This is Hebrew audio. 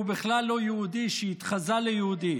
שהוא בכלל לא יהודי, שהתחזה ליהודי.